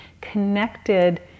connected